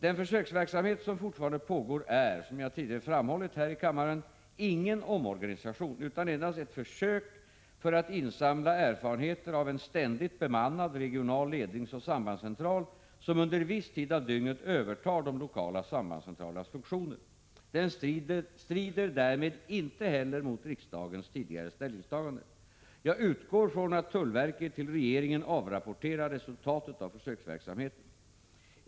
Den försöksverksamhet som fortfarande pågår är, som jag tidigare framhållit här i kammaren, ingen omorganisation utan endast ett försök för att insamla erfarenheter av en ständigt bemannad, regional ledningsoch sambandscentral som under viss tid av dygnet övertar de lokala sambandscentralernas funktioner. Den strider därmed inte heller mot riksdagens tidigare ställningstagande. Jag utgår från att tullverket till regeringen avrapporterar resultatet av försöksverksamheten.